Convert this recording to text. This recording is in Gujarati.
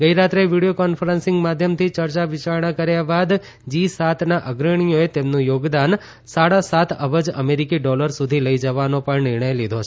ગઇરાત્રે વિડીયો કોન્ફરન્સીંગ માધ્યમથી ચર્ચા વિચારણા કર્યા બાદ જી સાતના અગ્રણીઓએ તેમનું યોગદાન સાડા સાત અબજ અમેરીકી ડોલર સુધી લઇ જવાનો પણ નિર્ણય લીધો છે